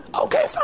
Okay